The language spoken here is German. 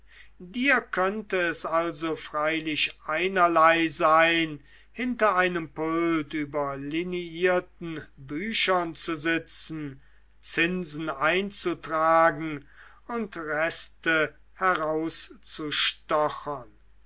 dir könnte es also freilich einerlei sein hinter einem pult über liniierten büchern zu sitzen zinsen einzutragen und reste herauszustochern